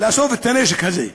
לאסוף את הנשק הזה?